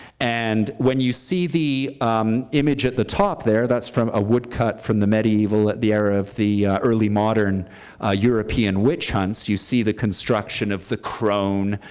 and when you see the image at the top there, that's from a woodcut from the medieval, the era of the early modern european witch hunts. you see the construction of the crone,